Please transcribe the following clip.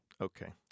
Okay